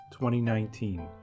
2019